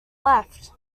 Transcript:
left